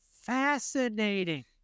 Fascinating